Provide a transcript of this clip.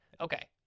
okay